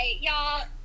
y'all